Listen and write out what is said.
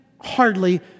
hardly